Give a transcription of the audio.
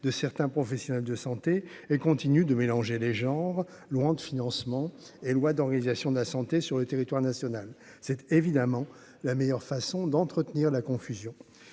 de certains professionnels de santé et continue de mélanger les genres Laurent de financement et loi d'organisation de la santé sur le territoire national, c'est évidemment la meilleure façon d'entretenir la confusion